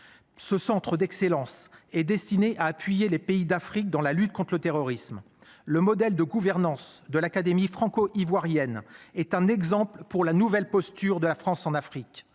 Ce centre d'excellence et destinée à appuyer les pays d'Afrique dans la lutte contre le terrorisme. Le modèle de gouvernance de l'Académie franco-ivoirienne est un exemple pour la nouvelle posture de la France en Afrique.